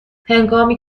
هنگامی